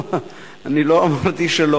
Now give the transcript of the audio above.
כן, לא אמרתי.